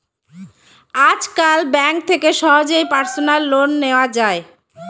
আজকাল ব্যাঙ্ক থেকে সহজেই পার্সোনাল লোন নেওয়া যায়